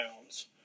pounds